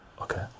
Okay